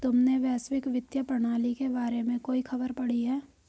तुमने वैश्विक वित्तीय प्रणाली के बारे में कोई खबर पढ़ी है?